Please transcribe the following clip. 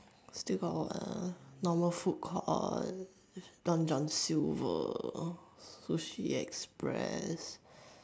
still got what ah normal food court or long-John-silver sushi-express